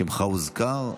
שמך הוזכר,